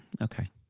Okay